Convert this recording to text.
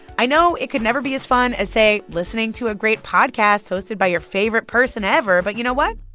i know it could never be as fun as, say, listening to a great podcast hosted by your favorite person ever. but you know what?